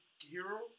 hero